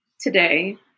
today